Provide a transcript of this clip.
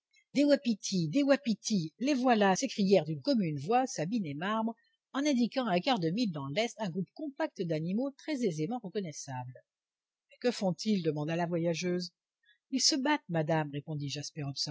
les voilà s'écrièrent d'une commune voix sabine et marbre en indiquant à un quart de mille dans l'est un groupe compact d'animaux très aisément reconnaissables mais que font-ils demanda la voyageuse ils se battent madame répondit